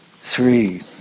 Three